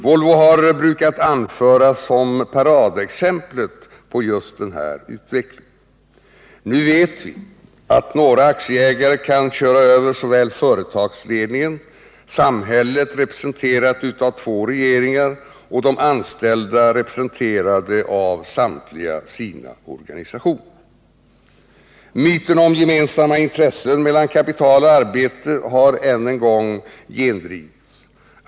Volvo har brukat anföras som paradexemplet på den här utvecklingen. Nu vet vi att några aktieägare kan köra över såväl företagsledningen som samhället representerat av två regeringar och de anställda representerade av samtliga sina organisationer. 2. Myten om gemensamma intressen mellan kapital och arbete har än en gång gendrivits.